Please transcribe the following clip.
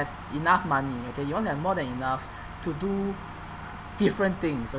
have enough money but you won't have more than enough to do different things